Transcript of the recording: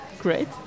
great